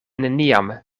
neniam